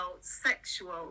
sexual